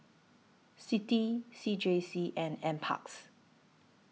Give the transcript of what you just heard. CITI C J C and N Parks